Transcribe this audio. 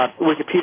Wikipedia